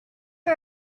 for